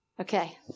Okay